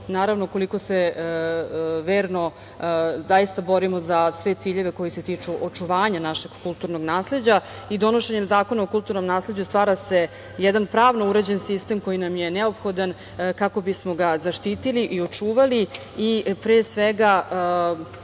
kao i koliko se verno zaista borimo za sve ciljeve koji se tiču očuvanja našeg kulturnog nasleđa. Donošenjem Zakona o kulturnom nasleđu stvara se jedan pravno uređen sistem koji nam je neophodan kako bismo ga zaštitili i očuvali i, pre svega,